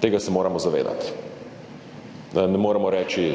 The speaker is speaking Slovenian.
Tega se moramo zavedati. Ne moremo reči,